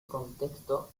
contexto